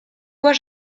bois